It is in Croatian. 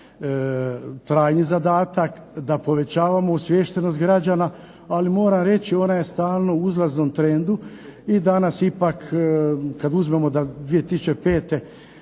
trajni zadatak znači da povećavamo osviještenost građana ali moram reći ona je stalno u uzlaznom trendu i danas ipak kada uzmemo 2005.